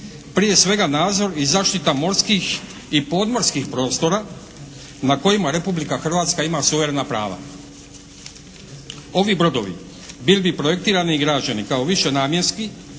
prije svega nadzor i zaštita morskih i podmorskih prostora na kojima Republika Hrvatska ima suverena prava. Ovi brodovi bili bi projektirani i građeni kao više namjenski,